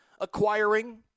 acquiring